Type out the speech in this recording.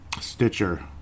Stitcher